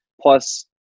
plus